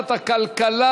לוועדת הכלכלה